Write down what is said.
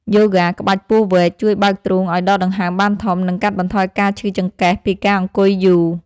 យូហ្គាក្បាច់ពស់វែក ជួយបើកទ្រូងឱ្យដកដង្ហើមបានធំ និងកាត់បន្ថយការឈឺចង្កេះពីការអង្គុយយូរ។